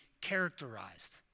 characterized